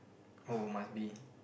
oh must be